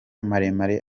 maremare